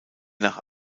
nach